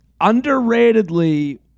underratedly